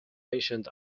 ancient